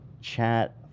Chat